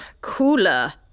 cooler